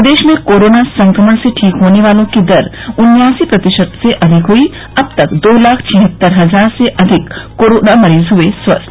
प्रदेश में कोरोना संक्रमण से ठीक होने वालों की दर उन्यासी प्रतिशत से अधिक हुई अब तक दो लाख छिहत्तर हजार से अधिक कोरोना मरीज हुए स्वस्थ